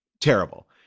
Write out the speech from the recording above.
terrible